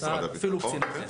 משרד הביטחון.